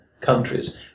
countries